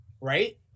right